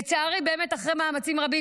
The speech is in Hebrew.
לצערי אחרי מאמצים רבים,